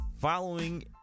following